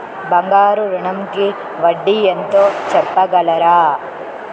బంగారు ఋణంకి వడ్డీ ఎంతో చెప్పగలరా?